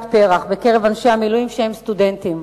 פר"ח בקרב אנשי המילואים שהם סטודנטים.